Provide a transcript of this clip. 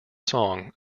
song